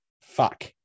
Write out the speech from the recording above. Fuck